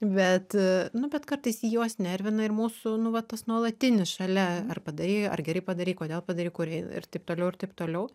bet nu bet kartais juos nervina ir mūsų nu va tas nuolatinis šalia ar padarei ar gerai padarei kodėl padarei kur ir taip toliau ir taip toliau